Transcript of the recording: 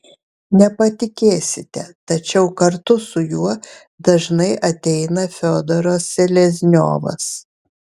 nepatikėsite tačiau kartu su juo dažnai ateina fiodoras selezniovas